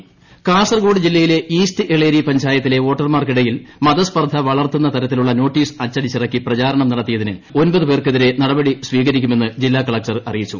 Kasaragod collector Kasaragod ജില്ലയിലെ east Eleri പഞ്ചായത്തിലെ വോട്ടർമാർക്കിടയിൽ മതസ്പർദ്ധ വളർത്തുന്ന തരത്തിലുള്ള നോട്ടീസ് അച്ചടിച്ചിറക്കി പ്രചാരണം നടത്തിയതിന് ഒമ്പത് പേർക്കെതിരെ നടപടി സ്വീകരിക്കുമെന്ന് ജില്ലാ കളക്ടർ അറിയിച്ചു